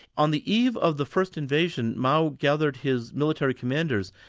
on the eve of the first invasion, mao gathered his military commanders,